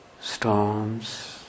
storms